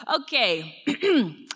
Okay